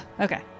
Okay